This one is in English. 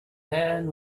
man